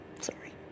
sorry